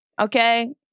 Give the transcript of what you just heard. okay